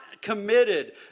committed